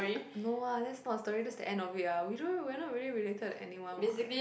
no ah that's not the story that's the end of it ah we don't we are not really related to anyone what